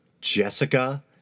Jessica